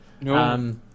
No